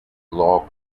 law